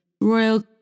royal